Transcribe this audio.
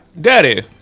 Daddy